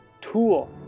tool